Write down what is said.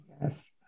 yes